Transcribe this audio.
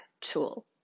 tool